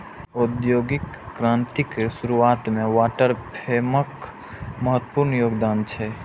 औद्योगिक क्रांतिक शुरुआत मे वाटर फ्रेमक महत्वपूर्ण योगदान छै